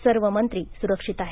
सर्व मंत्री सुरक्षित आहेत